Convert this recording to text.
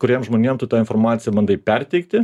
kuriem žmonėm tu tą informaciją bandai perteikti